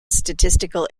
statistical